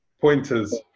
pointers